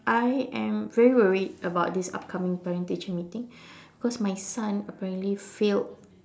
I am very worried about this upcoming parent teacher meeting because my son apparently failed